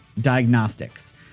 diagnostics